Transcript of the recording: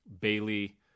Bailey